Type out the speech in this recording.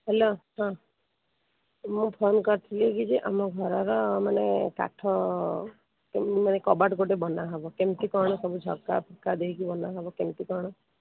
hello ହଁ ମୁଁ phone କରିଥିଲି କି ଯେ ଆମ ଘରର ମାନେ କାଠ କବାଟ ଗୋଟେ ବନାହେବ କେମିତି କ'ଣ ସବୁ ଝରକା ଫରକା ବନାହେବ କେମିତି କ'ଣ